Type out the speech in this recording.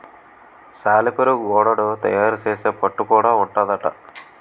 సాలెపురుగు గూడడు తయారు సేసే పట్టు గూడా ఉంటాదట